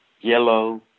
yellow